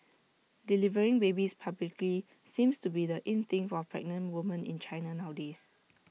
delivering babies publicly seems to be the in thing for pregnant woman in China nowadays